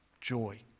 joy